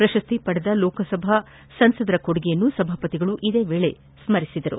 ಪ್ರಶಸ್ತಿ ಪಡೆದ ಲೋಕಸಭಾ ಸಂಸದರ ಕೊಡುಗೆಯನ್ನು ಸಭಾಪತಿ ಇದೇ ವೇಳೆ ಸ್ಮರಿಸಿದರು